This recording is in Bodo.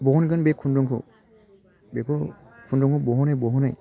बहनगोन बे खुन्दुंखौ बेखौ खुन्दुंखौ बहनै बहनै